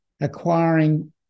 acquiring